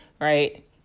right